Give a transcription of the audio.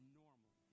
normal